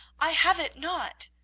i have it not.